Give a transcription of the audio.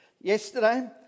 yesterday